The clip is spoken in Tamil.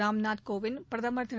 ராம்நாத் கோவிந்த் பிரதமர் திரு